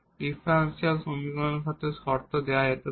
differential সমীকরণের সাথে শর্ত দেওয়া যেতে পারে